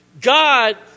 God